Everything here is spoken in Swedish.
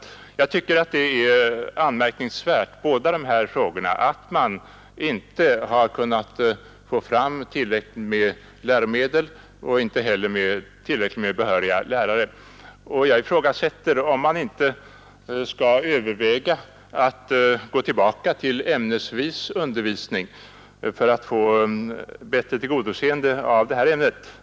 Men jag tycker att det är anmärkningsvärt att man inte har kunnat få fram tillräckligt med läromedel och inte heller tillräckligt med behöriga lärare. Jag ifrågasätter om man inte skall överväga att gå tillbaka till ämnesvis undervisning för att bättre tillgodose detta ämne.